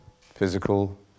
Physical